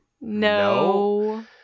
No